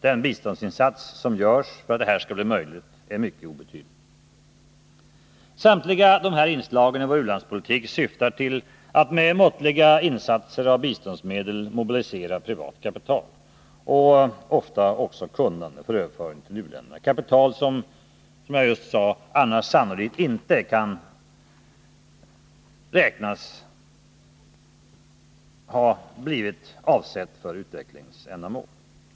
Den biståndsinsats som görs för att det här skall bli möjligt är mycket obetydlig. Samtliga dessa inslag i vår u-landspolitik syftar till att — med måttliga insatser av biståndsmedel — mobilisera privat kapital, och ofta också kunnande, för överföring till u-länderna, kapital som annars sannolikt inte hade kommit att användas för utvecklingsändamål, som jag nyss sade.